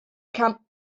kam